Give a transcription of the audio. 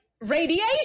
radiation